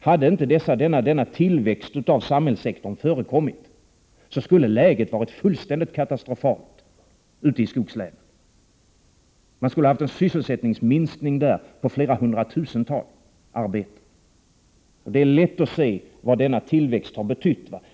Hade inte denna tillväxt av samhällssektorn förekommit skulle läget ha varit fullständigt katastrofalt ute i skogslänen. De skulle ha haft en sysselsättningsminskning med hundratusentals arbeten. Det är lätt att se vad denna tillväxt har betytt.